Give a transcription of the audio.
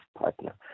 partner